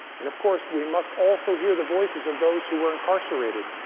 and of course, we must also hear the voices of those who were incarcerated,